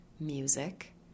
music